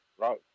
Right